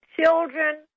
Children